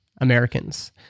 Americans